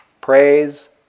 Praise